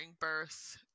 birth